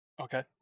Okay